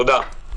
תודה.